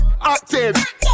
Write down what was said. Active